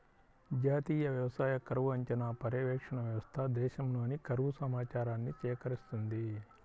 జాతీయ వ్యవసాయ కరువు అంచనా, పర్యవేక్షణ వ్యవస్థ దేశంలోని కరువు సమాచారాన్ని సేకరిస్తుంది